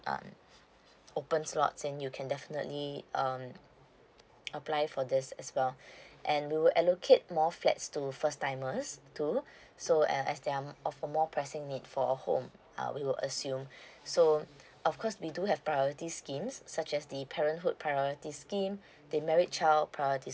uh open slots then you can definitely um apply for this as well and we will allocate more flats to first timers too so eh as they're of a more pressing need for a home uh we will assume so of course we do have priority schemes such as the parenthood priority scheme the married child priority